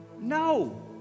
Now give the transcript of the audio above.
No